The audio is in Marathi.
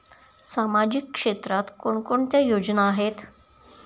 सामाजिक क्षेत्रात कोणकोणत्या योजना आहेत?